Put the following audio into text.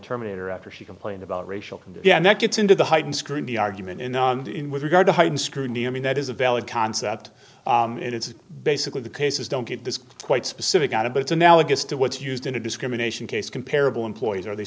terminator after she complained about racial condemned that gets into the heightened scrutiny argument with regard to heightened scrutiny i mean that is a valid concept and it's basically the cases don't get this quite specific out of but it's analogous to what's used in a discrimination case comparable employees or they